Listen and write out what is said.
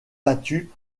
battu